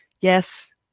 Yes